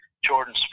Jordan